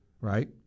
right